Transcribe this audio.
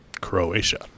Croatia